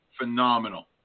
phenomenal